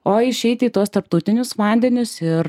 o išeiti į tuos tarptautinius vandenis ir